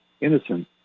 innocent